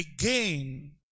again